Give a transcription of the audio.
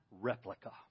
replica